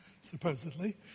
supposedly